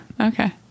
Okay